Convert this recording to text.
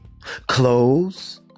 clothes